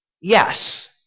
Yes